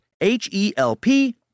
H-E-L-P